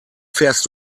fährst